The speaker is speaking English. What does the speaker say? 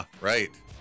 right